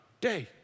day